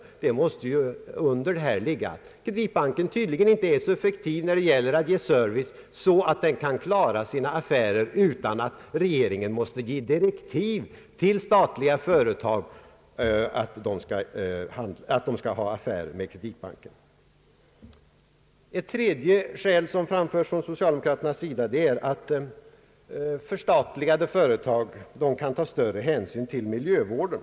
Underförstått måste ligga att Kreditbanken tydligen inte är så effektiv när det gäller att ge service att den kan klara sina affärer, utan att regeringen måste ge direktiv till statliga företag att göra sina affärer med den. Ett tredje skäl som framförs från socialdemokraternas sida är att förstatligade företag kan ta större hänsyn till miljövården.